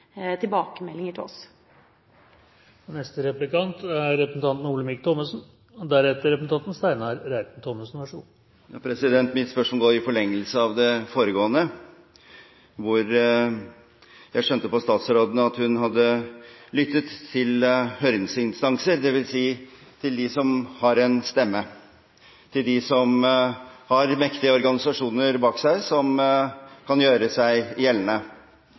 tilbakemeldinger til oss. Mitt spørsmål er i forlengelse av det foregående. Jeg skjønte på statsråden at hun hadde lyttet til høringsinstanser; dvs. til dem som har en stemme, dem som har mektige organisasjoner bak seg, som kan gjøre seg gjeldende.